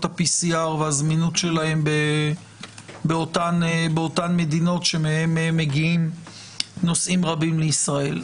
ה-PCR והזמינות שלהן באותן מדינות שמהן מגיעים נוסעים רבים לישראל.